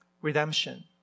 redemption